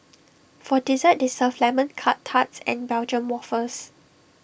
for dessert they serve lemon Curt tarts and Belgium Waffles